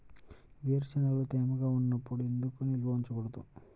వేరుశనగలు తేమగా ఉన్నప్పుడు ఎందుకు నిల్వ ఉంచకూడదు?